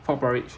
frog porridge